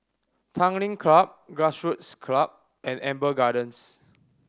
Tanglin Club Grassroots Club and Amber Gardens